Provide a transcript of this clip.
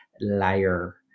liar